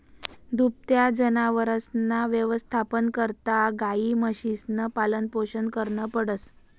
दुभत्या जनावरसना यवस्थापना करता गायी, म्हशीसनं पालनपोषण करनं पडस